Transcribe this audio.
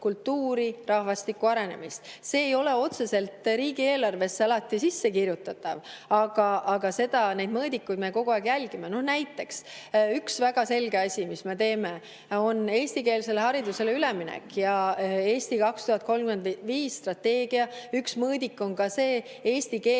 kultuuri, rahvastiku arenemist. See ei ole otseselt riigieelarvesse alati sissekirjutatav, aga neid mõõdikuid me kogu aeg jälgime. Näiteks, üks väga selge asi, mis me teeme, on eestikeelsele haridusele üleminek. "Eesti 2035" strateegia üks mõõdik on eesti keelt